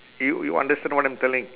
y~ you understand what I'm telling